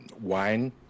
wine